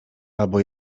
albo